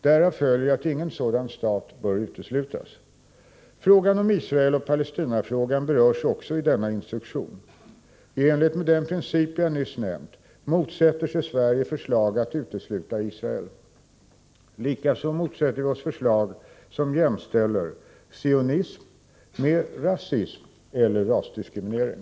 Därav följer att ingen sådan stat bör uteslutas. Frågan om Israel och Palestinafrågan berörs också i denna instruktion. I enlighet med den princip jag nyss nämnt motsätter sig Sverige förslag att utesluta Israel. Likaså motsätter vi oss förslag som jämställer ”sionism” med ”rasism” eller ”rasdiskriminering”.